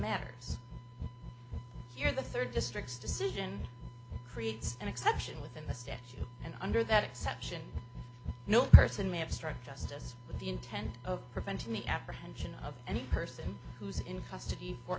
matters here the third district's decision creates an exception within the statue and under that exception no person may have struck justice with the intent of preventing the apprehension of any person who's in custody for